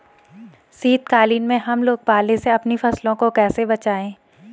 शीतकालीन में हम लोग पाले से अपनी फसलों को कैसे बचाएं?